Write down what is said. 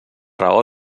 raó